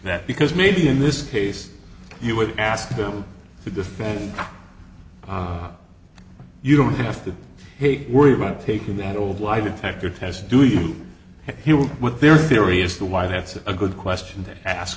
that because maybe in this case you would ask them to defend you don't have to worry about taking that old lie detector test do you hear what their theory is the why that's a good question to ask